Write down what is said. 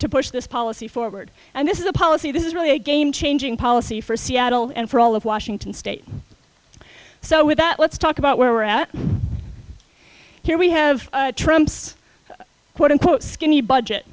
to push this policy forward and this is a policy this is really a game changing policy for seattle and for all of washington state so with that let's talk about where we're at here we have trump's quote unquote skinny budget